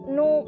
no